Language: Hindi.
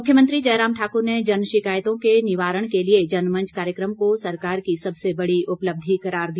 मुख्यमंत्री जयराम ठाकुर ने जन शिकायतों के निवारण के लिए जनमंच कार्यक्रम को सरकार की सबसे बड़ी उपलब्धि करार दिया